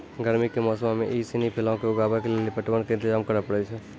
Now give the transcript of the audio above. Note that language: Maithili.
गरमी के मौसमो मे इ सिनी फलो के उगाबै के लेली पटवन के इंतजाम करै पड़ै छै